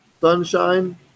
Sunshine